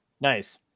Nice